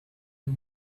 and